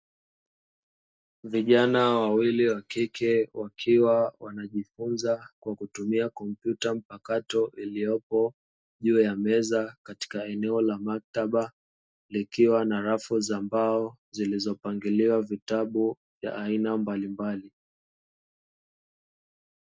Vijana wawili wakike wakiwa wanajifunza kwa kutumia kompyuta mpakato iliyopo juu ya meza katika eneo la maktaba, likiwa na rafu za mbao zilizopangiliwa vitabu vya aina mbalimbali.